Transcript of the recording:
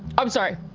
i'm sorry.